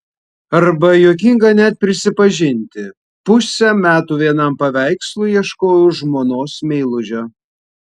arba juokinga net prisipažinti pusę metų vienam paveikslui ieškojau žmonos meilužio